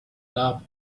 love